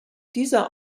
dieser